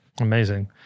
Amazing